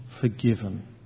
forgiven